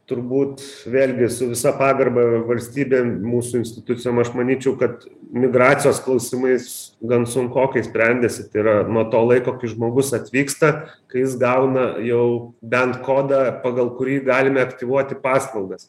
turbūt vėlgi su visa pagarba valstybėm mūsų institucijom aš manyčiau kad migracijos klausimais gan sunkokai sprendėsi tai yra nuo to laiko kai žmogus atvyksta kai jis gauna jau bent kodą pagal kurį galime aktyvuoti paslaugas